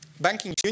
banking